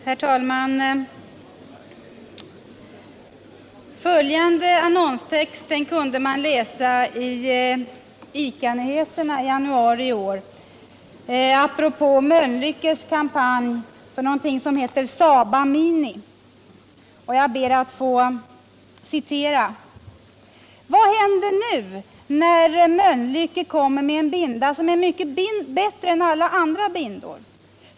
Herr talman! Följande annonstext kunde man läsa i ICA-nyheter i januari i år apropå Mölnlyckes kampanj för någonting som heter Saba Mini: ”Vad händer nu när Mölnlycke kommer med en binda som är mycket mindre än andra bindor?